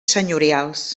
senyorials